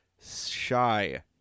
shy